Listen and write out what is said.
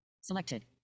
Selected